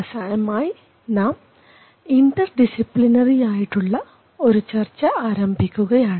അവസാനമായി നാം interdisciplinary ആയിട്ടുള്ള ഒരു ചർച്ച ആരംഭിക്കുകയാണ്